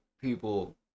people